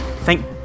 Thank